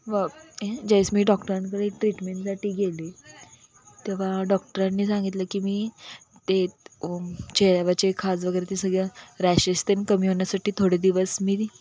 व हे जेस मी डॉक्टरांकडे ट्रीटमेंटसाठी गेली तेव्हा डॉक्टरांनी सांगितलं की मी ते चेहऱ्यावरचे खाज वगैरे ते सगळं रॅशेस त्यानं कमी होण्यासाठी थोडे दिवस मी